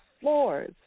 floors